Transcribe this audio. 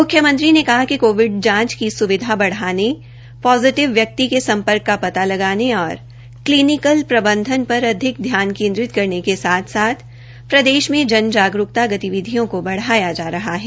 मुख्यमंत्री ने कहा कि कोविड जांच की सुविधा बढ़ाने पॉजीटिव व्यक्ति के समपर्क का पता लगाना और क्लीनिकल प्रबंधन पर अधिक ध्यान केन्द्रित करने के साथ प्रदेश मे जन जागरूकता गतिविधियों को बढ़ावा जा रहा है